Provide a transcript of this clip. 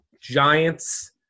Giants